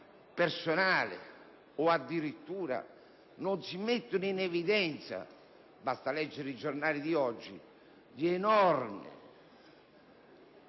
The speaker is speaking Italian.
personale; addirittura non si mettono in evidenza - basta leggere i giornali di oggi - gli enormi